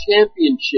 championship